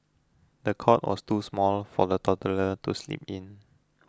the cot was too small for the toddler to sleep in